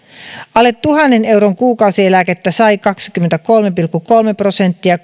alle tuhannen euron kuukausieläkettä sai kaksikymmentäkolme pilkku kolme prosenttia